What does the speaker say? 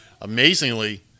amazingly